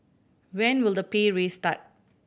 when will the pay raise start